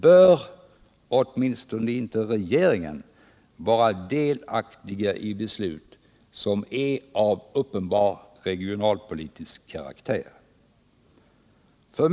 Bör inte åtminstone regeringen vara delaktig i beslut som är av uppenbar regionalpolitisk karaktär?